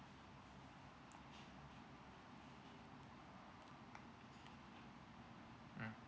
hmm